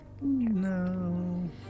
No